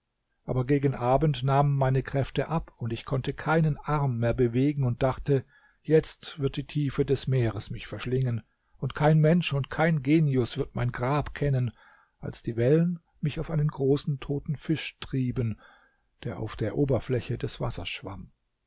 aber gegen abend nahmen meine kräfte ab ich konnte keinen arm mehr bewegen und dachte jetzt wird die tiefe des meeres mich verschlingen und kein mensch und kein genius wird mein grab kennen als die wellen mich auf einen großen toten fisch trieben der auf der oberfläche des wassers schwamm